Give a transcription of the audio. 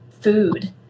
food